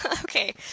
Okay